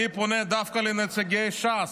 אני פונה דווקא לנציגי ש"ס: